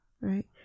Right